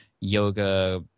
yoga